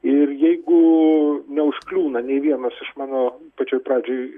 ir jeigu neužkliūna nei vienas iš mano pačioj pradžioj